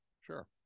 Sure